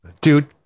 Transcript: dude